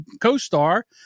co-star